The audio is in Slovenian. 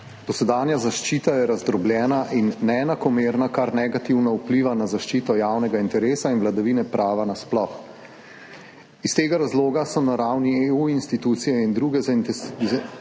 Dosedanja zaščita je razdrobljena in neenakomerna, kar negativno vpliva na zaščito javnega interesa in vladavine prava nasploh. Iz tega razloga so na ravni EU institucije in druge zainteresirane